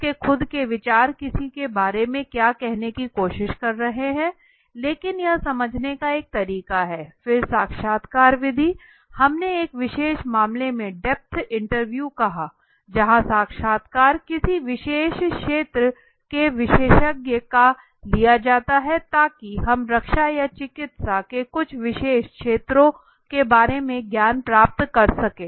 उसके खुद के विचार किसी के बारे में क्या कहने की कोशिश कर रहे है लेकिन यह समझने का एक तरीका है फिर साक्षात्कार विधि हमने एक विशेष मामले में डेप्थ इंटरव्यू कहा जहां साक्षात्कार किसी विशेष क्षेत्र के विशेषज्ञ का लिया जाता है ताकि हम रक्षा या चिकित्सा के कुछ विशेष क्षेत्रों के बारे में ज्ञान प्राप्त कर सकें